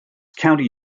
county